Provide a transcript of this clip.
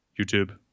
youtube